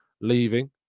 leaving